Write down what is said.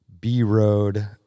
B-road